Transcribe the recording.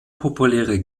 populäre